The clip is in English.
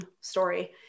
story